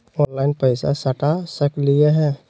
Online पैसा सटा सकलिय है?